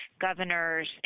governors